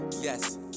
Yes